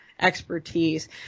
expertise